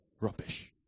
rubbish